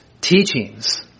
teachings